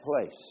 place